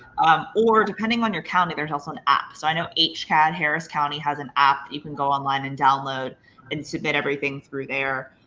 or depending on your county, there's also an app. so i know hcad, harris county has an app. you can go online and download and submit everything through there.